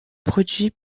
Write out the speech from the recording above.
produit